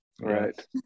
Right